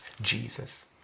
Jesus